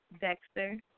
Dexter